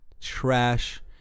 trash